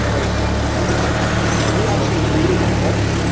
ah wait a second bradley are you actually reading a book?